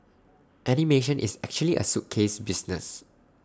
animation is actually A suitcase business